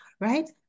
right